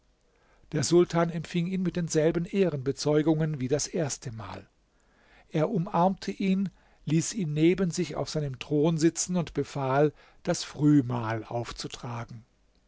der sultan empfing ihn mit denselben ehrenbezeugungen wie das erste mal er umarmte ihn ließ ihn neben sich auf seinem thron sitzen und befahl das frühmahl aufzutragen